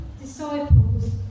disciples